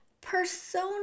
Persona